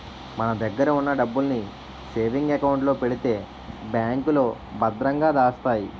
మన దగ్గర ఉన్న డబ్బుల్ని సేవింగ్ అకౌంట్ లో పెడితే బ్యాంకులో భద్రంగా దాస్తాయి